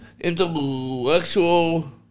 intellectual